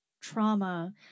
trauma